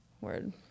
Word